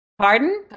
Pardon